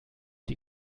die